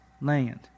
land